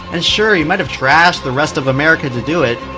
and sure, he might have trashed the rest of america to do it,